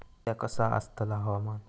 उद्या कसा आसतला हवामान?